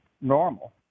normal